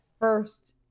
first